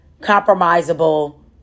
compromisable